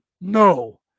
No